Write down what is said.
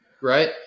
Right